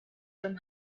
from